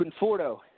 Conforto